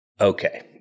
okay